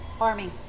army